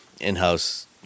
in-house